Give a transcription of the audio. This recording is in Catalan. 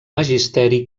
magisteri